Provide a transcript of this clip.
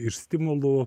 iš stimulų